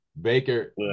Baker